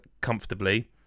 comfortably